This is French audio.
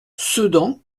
sedan